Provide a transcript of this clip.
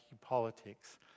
politics